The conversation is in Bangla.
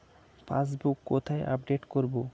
পাসবুক কোথায় আপডেট করব?